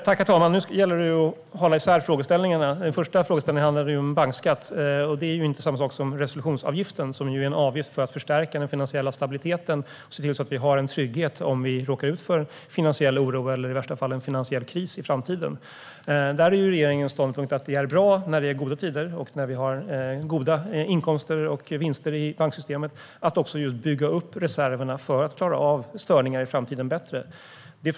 Herr talman! Nu gäller det att hålla isär frågeställningarna. Den första frågeställningen handlade om bankskatt. Det är inte samma sak som resolutionsavgiften. Den senare är en avgift med vilken vi vill förstärka den finansiella stabiliteten och se till att vi har en trygghet om vi råkar ut för finansiell oro eller i värsta fall en finansiell kris i framtiden. Regeringens ståndpunkt är att när det är goda tider och när vi har goda inkomster och vinster i banksystemet är det bra att just bygga upp reserverna för att man ska klara av störningar på ett bättre sätt i framtiden.